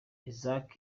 isaac